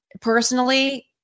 Personally